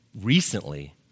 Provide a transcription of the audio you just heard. recently